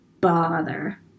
bother